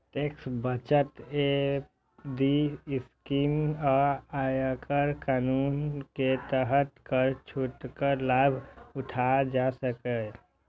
tax बचत FD scheme सं आयकर कानून के तहत कर छूटक लाभ उठाएल जा सकैए